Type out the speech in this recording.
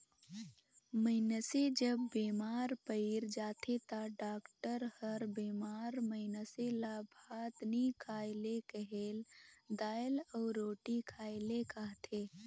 मइनसे जब बेमार पइर जाथे ता डॉक्टर हर बेमार मइनसे ल भात नी खाए ले कहेल, दाएल अउ रोटी खाए ले कहथे